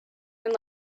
and